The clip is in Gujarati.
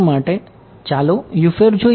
માટે ચાલો જોઈએ